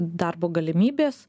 darbo galimybės